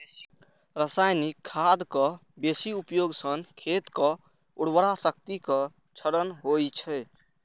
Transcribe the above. रासायनिक खादक बेसी उपयोग सं खेतक उर्वरा शक्तिक क्षरण होइ छै